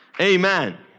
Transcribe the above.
Amen